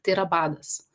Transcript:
tai yra badas